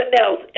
else